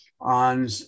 on